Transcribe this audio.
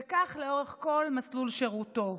וכך לאורך כל מסלול שירותו,